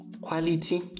quality